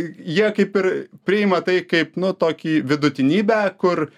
jie kaip ir priima tai kaip nu tokį vidutinybę kur